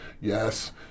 Yes